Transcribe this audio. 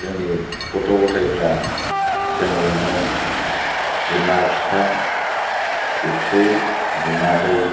जोंनि गथ' गथाइफोरा जोंजोंनो बिमा बिफा बिब्थै बिमादै